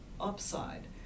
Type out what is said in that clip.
upside